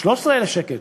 13,000 שקל.